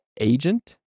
agent